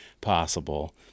possible